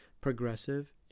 Progressive